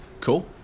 Cool